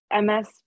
MS